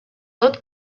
tot